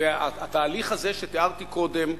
והתהליך הזה שתיארתי קודם,